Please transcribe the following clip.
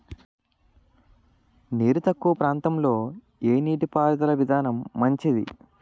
నీరు తక్కువ ప్రాంతంలో ఏ నీటిపారుదల విధానం మంచిది?